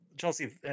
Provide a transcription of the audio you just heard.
chelsea